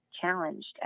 challenged